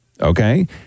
Okay